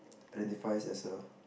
identifies as a